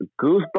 goosebumps